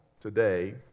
today